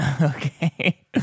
Okay